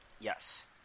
Yes